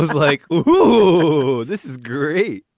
like, oh, this is great.